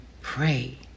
pray